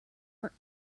for